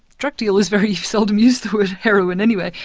drug dealers very seldom use the word heroin anyway,